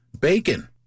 bacon